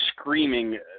screaming